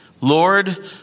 Lord